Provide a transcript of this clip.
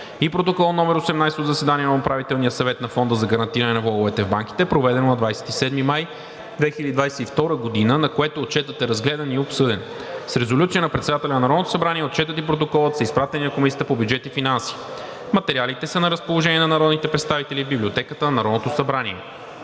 Протокол № 18 от заседание на Управителния съвет на Фонда за гарантиране на влоговете в банките, проведено на 27 май 2022 г., на което Отчетът е разгледан и обсъден. С резолюция на председателя на Народното събрание Отчетът и Протоколът са изпратени на Комисията по бюджет и финанси. Материалите са на разположение на народните представители в Библиотеката на Народното събрание.